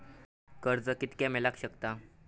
कर्ज कितक्या मेलाक शकता?